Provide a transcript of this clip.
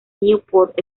newport